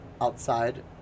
outside